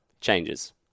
Changes